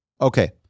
Okay